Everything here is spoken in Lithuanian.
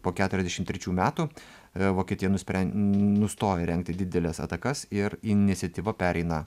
po keturiasdešim trečių metų vokietija nuspren nustojo rengti dideles atakas ir iniciatyva pereina